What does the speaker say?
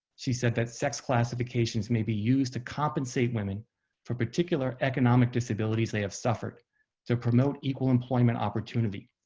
she said that sex classifications may be used to compensate women for particular economic disabilities they have suffered to promote equal employment opportunity,